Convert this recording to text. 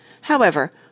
However